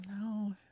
No